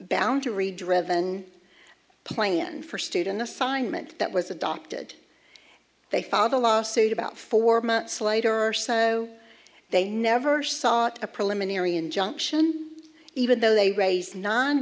boundary driven plan for student assignment that was adopted they found a law suit about four months later or so they never sought a preliminary injunction even though they raise nine